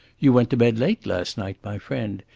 you went to bed late last night, my friend.